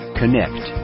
connect